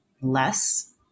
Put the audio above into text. less